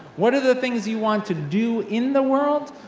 what are the things you want to do in the world,